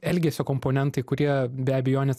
elgesio komponentai kurie be abejonės